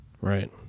Right